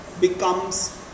becomes